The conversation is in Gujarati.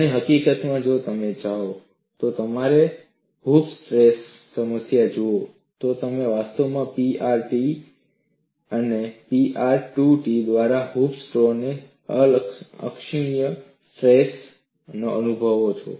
અને હકીકતમાં જો તમે જાઓ અને તમારી હૂપ સ્ટ્રેસ સમસ્યા જુઓ તો તમે વાસ્તવમાં p R ને t અને p R ને 2 t દ્વારા હૂપ સ્ટ્રેસ અને અક્ષીયલ સ્ટ્રેસ તરીકે અનુભવો છો